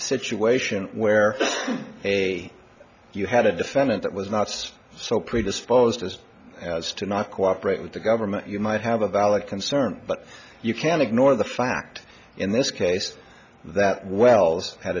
situation where you had a defendant that was not so predisposed as as to not cooperate with the government you might have a valid concern but you can't ignore the fact in this case that wells h